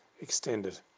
extended